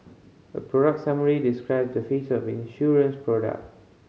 a product summary describe the feature of an insurance product